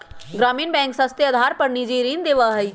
ग्रामीण बैंक सस्ते आदर पर निजी ऋण देवा हई